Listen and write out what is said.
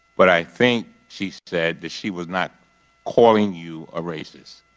but i think she said that she was not calling you a racist,